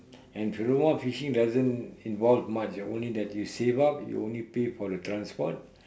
and furthermore fishing doesn't involve much only that you save up you only pay for the transport